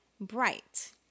bright